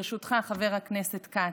ברשותך, חבר הכנסת כץ,